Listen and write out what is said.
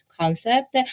concept